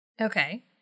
Okay